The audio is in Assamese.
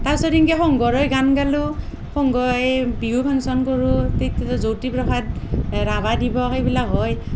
তাৰ পিছত এনকে সংঘৰহৈ গান গালোঁ সংঘই বিহু ফাংচন কৰোঁ তে জ্য়োতিপ্ৰসাদ ৰাভাদিৱস সেইবিলাক হয়